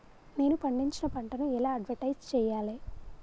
నేను పండించిన పంటను ఎలా అడ్వటైస్ చెయ్యాలే?